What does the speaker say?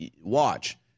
Watch